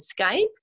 Skype